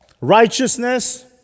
righteousness